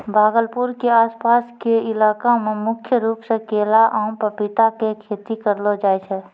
भागलपुर के आस पास के इलाका मॅ मुख्य रूप सॅ केला, आम, पपीता के खेती करलो जाय छै